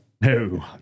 No